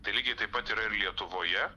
tai lygiai taip pat yra ir lietuvoje